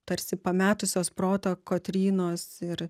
tarsi pametusios protą kotrynos ir